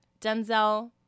Denzel